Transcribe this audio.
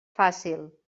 fàcil